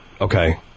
Okay